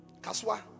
Kaswa